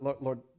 Lord